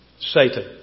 Satan